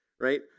right